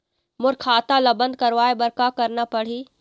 मोर खाता ला बंद करवाए बर का करना पड़ही?